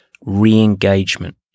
re-engagement